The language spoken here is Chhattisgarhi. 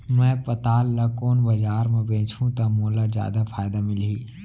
मैं पताल ल कोन बजार म बेचहुँ त मोला जादा फायदा मिलही?